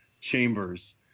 chambers